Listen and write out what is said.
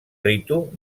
ritu